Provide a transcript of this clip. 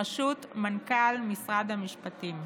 בראשות מנכ"ל משרד המשפטים.